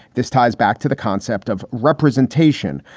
this ties back to the concept of representation.